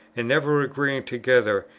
and never agreeing together,